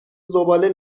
زباله